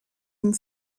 une